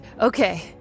okay